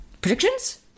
Predictions